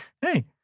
hey